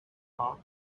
art